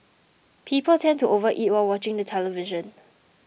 people tend to overeat while watching the television